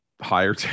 higher